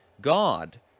God